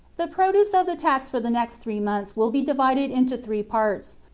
the produce of the tax for the next three months will be divided into three parts,